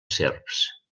serps